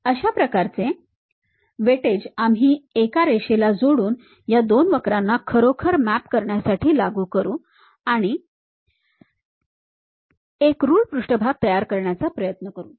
अशा प्रकारचे वेटेज आम्ही एका रेषेला जोडून या दोन वक्रांना खरोखर मॅप करण्यासाठी लागू करू आणि एक रुल्ड पृष्ठभाग तयार करण्याचा प्रयत्न करू